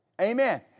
Amen